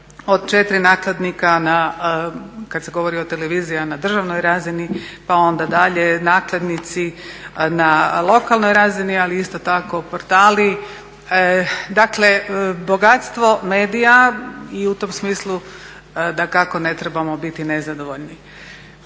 od 4 nakladnika kad se govori o televiziji na državnoj razini, pa onda dalje nakladnici na lokalnoj razini, ali isto tako portali dakle bogatstvo medija i u tom smislu dakako ne trebamo biti nezadovoljni.